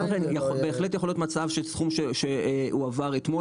בהחלט יכול להיות מצב שהסכום הועבר אתמול